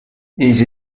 these